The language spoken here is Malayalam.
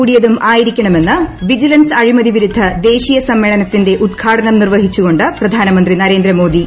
കൂടിയതും ആയിരിക്കണമെന്ന് വിജിലൻസ് അഴിമതി വിരുദ്ധ ദേശീയ സമ്മേളനത്തിന്റെ ഉദ്ഘാടനം നിർവഹിച്ചുകൊണ്ട് പ്രധാനമന്ത്രി നരേന്ദ്ര മോദി